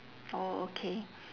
orh okay